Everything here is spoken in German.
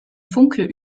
funke